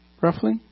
roughly